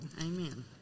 Amen